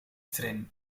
train